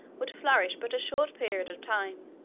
would flourish but a short period of time,